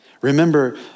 remember